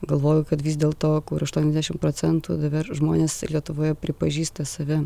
galvoju kad vis dėl to kur aštuoniasdešim procentų dabar žmonės lietuvoje pripažįsta save